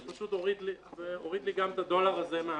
זה פשוט הוריד לי גם את הדולר הזה מההטענה.